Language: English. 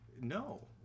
no